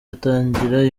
atangira